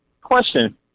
Question